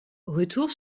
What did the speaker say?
retour